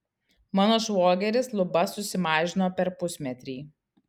mano švogeris lubas susimažino per pusmetrį